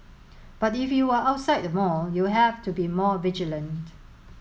but if you are outside the mall you have to be more vigilant